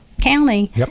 county